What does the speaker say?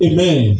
Amen